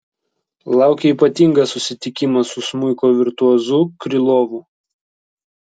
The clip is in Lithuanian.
laukia ypatingas susitikimas su smuiko virtuozu krylovu